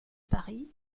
paris